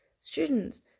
students